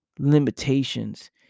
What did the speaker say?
limitations